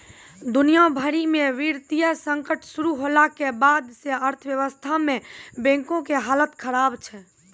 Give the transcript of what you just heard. दुनिया भरि मे वित्तीय संकट शुरू होला के बाद से अर्थव्यवस्था मे बैंको के हालत खराब छै